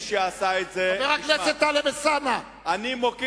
מי שעשה את זה, חבר הכנסת טלב אלסאנע, אי-אפשר.